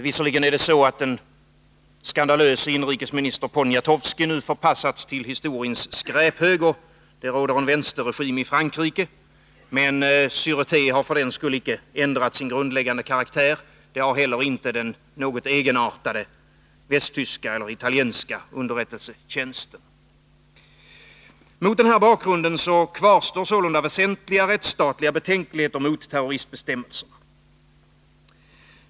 Visserligen har den skandalöse inrikesministern Poniatowski nu förpassats till historiens skräphög, och det råder en vänsterregim i Frankrike, men Sureté har för den skull inte ändrat sin grundläggande karaktär. Det har inte heller de något egenartade underrättelsetjänsterna i Västtyskland och Italien. Mot denna bakgrund kvarstår sålunda väsentliga rättsstatliga betänkligheter mot terroristbestämmelserna.